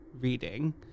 reading